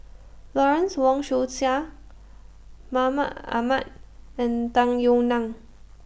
Lawrence Wong Shyun Tsai Mahmud Ahmad and Tung Yue Nang